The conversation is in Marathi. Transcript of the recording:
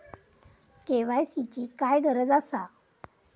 के.वाय.सी ची काय गरज आसा?